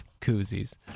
koozies